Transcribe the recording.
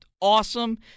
awesome